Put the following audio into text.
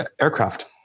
aircraft